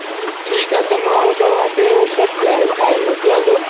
ठीकु आहे त मां हू तव्हां खे सभु प्लैन ठाहे मोकिलियांव थो